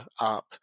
up